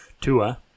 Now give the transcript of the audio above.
Tua